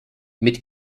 mit